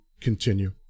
continue